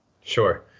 Sure